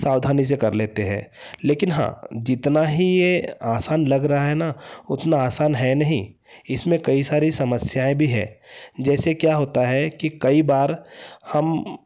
सावधानी से कर लेते हैं लेकिन हाँ जितना ही यह आसान लग रहा है न उतना आसान है न उतना आसान है नहीं इसमें कई सारी समस्याएँ भी हैं जैसे क्या होता है कि कई बार हम